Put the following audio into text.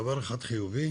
דבר אחד חיובי,